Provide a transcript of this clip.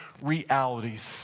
realities